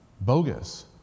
bogus